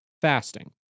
Fasting